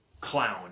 clown